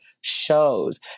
shows